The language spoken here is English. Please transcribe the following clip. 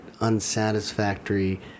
unsatisfactory